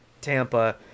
Tampa